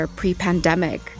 pre-pandemic